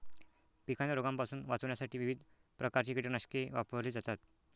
पिकांना रोगांपासून वाचवण्यासाठी विविध प्रकारची कीटकनाशके वापरली जातात